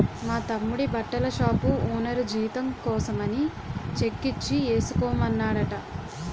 మా తమ్ముడి బట్టల షాపు ఓనరు జీతం కోసమని చెక్కిచ్చి ఏసుకోమన్నాడట